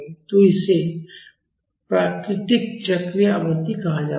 तो इसे प्राकृतिक चक्रीय आवृत्ति कहा जाता है